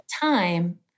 time